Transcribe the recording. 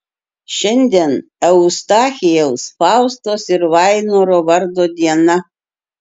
šiandien eustachijaus faustos ir vainoro vardo diena